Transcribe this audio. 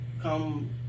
come